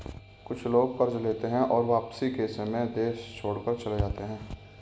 कुछ लोग कर्ज लेते हैं और वापसी के समय देश छोड़कर चले जाते हैं